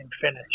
finish